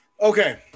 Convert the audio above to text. Okay